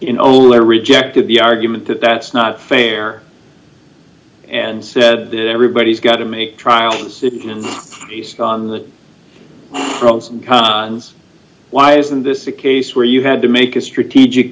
in only rejected the argument that that's not fair and said that everybody's got to make trial based on the pros and cons why isn't this a case where you had to make a strategic